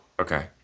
Okay